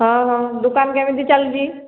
ହଁ ହଁ ଦୋକାନ କେମିତି ଚାଲିଛି